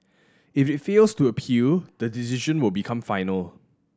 if it fails to appeal the decision will become final